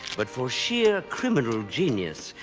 but for sheer criminal genius,